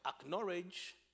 acknowledge